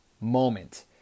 moment